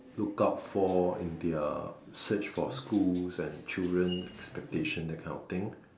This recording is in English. look out for in their search for schools and children capitation that kind of thing